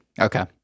Okay